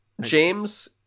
James